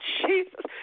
jesus